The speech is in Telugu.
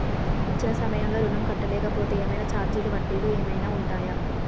ఇచ్చిన సమయంలో ఋణం కట్టలేకపోతే ఏమైనా ఛార్జీలు వడ్డీలు ఏమైనా ఉంటయా?